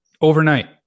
overnight